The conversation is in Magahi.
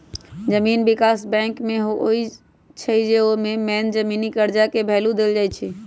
जमीन विकास बैंक जे होई छई न ओमे मेन जमीनी कर्जा के भैलु देल जाई छई